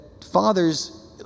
fathers